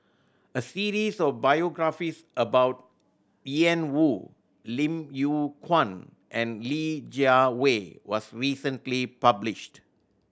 a series of biographies about Ian Woo Lim Yew Kuan and Li Jiawei was recently published